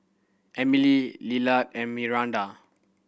Emilie Lillard and Myranda